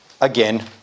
again